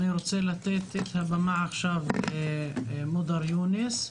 אני רוצה לתת את הבמה עכשיו למודר יוניס,